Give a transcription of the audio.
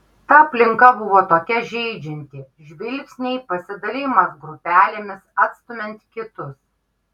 ta aplinka buvo tokia žeidžianti žvilgsniai pasidalijimas grupelėmis atstumiant kitus